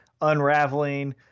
unraveling